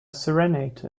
serenade